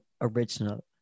original